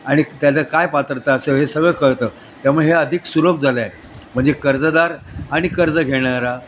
आणि त्याचं काय पात्रता असं हे सगळं कळतं त्यामुळे हे अधिक सुलभ झालं आहे म्हणजे कर्जदार आणि कर्ज घेणारा